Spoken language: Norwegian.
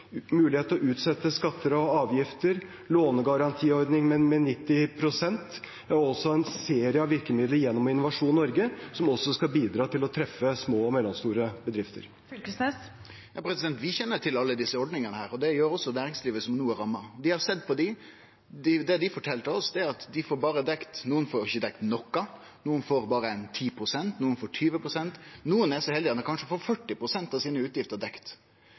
mulighet for å utsette innbetaling av skatter og avgifter, lånegarantiordning med 90 pst. – og også en serie av virkemidler gjennom Innovasjon Norge som også skal bidra til å treffe små og mellomstore bedrifter. Torgeir Knag Fylkesnes – til oppfølgingsspørsmål Vi kjenner til alle desse ordningane, og det gjer også næringslivet som no er ramma. Dei har sett på dei, og det dei fortalde oss, var at enkelte ikkje får dekt noko, nokre får berre 10 pst., nokre får 20 pst. Nokre er så heldige at dei kanskje får 40 pst. av utgiftene sine dekt,